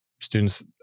students